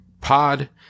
pod